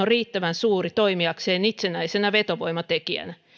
riittävän suuri toimiakseen itsenäisenä vetovoimatekijänä